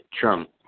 Trump